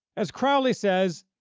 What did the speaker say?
as crowley says,